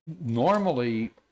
normally